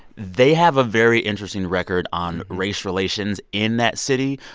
they have a very interesting record on race relations in that city,